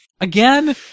Again